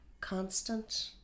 constant